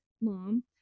mom